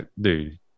dude